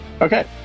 Okay